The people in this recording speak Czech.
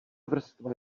vrstva